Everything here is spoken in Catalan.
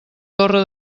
torre